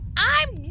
i'm